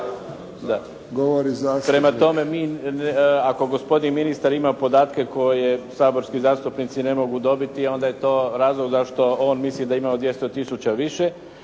Prema tome, mi, ako gospodin ministar ima podatke koje saborski zastupnici ne mogu dobiti onda je to razlog zašto on misli da imamo 200000 više.